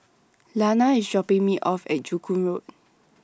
Lana IS dropping Me off At Joo Koon Road